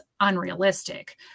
unrealistic